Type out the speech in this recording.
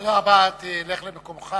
תודה רבה, תלך למקומך.